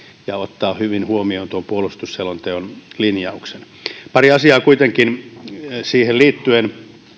ja ottavan hyvin huomioon tuon puolustusselonteon linjauksen pari asiaa kuitenkin siihen liittyen